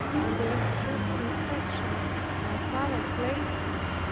under whose inspection my father placed me,